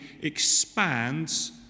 expands